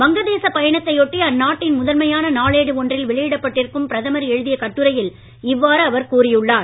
வங்க தேச பயணத்தை ஒட்டி அந்நாட்டின் முதன்மையான நாளேடு ஒன்றில் வெளியிடப்பட்டிருக்கும் பிரதமர் எழுதிய கட்டுரையில் இவ்வாறு கூறியுள்ளார்